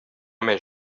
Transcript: més